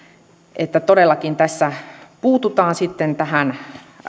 että todellakin tässä puututaan sitten tähän